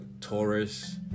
Taurus